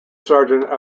sergeant